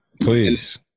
Please